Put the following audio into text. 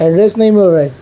address نہیں مل رہا ہے